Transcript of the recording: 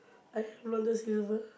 uh Long-John-Silver